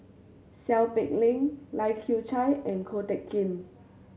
Seow Peck Leng Lai Kew Chai and Ko Teck Kin